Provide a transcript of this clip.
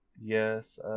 yes